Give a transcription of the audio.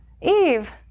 Eve